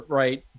right